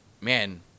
man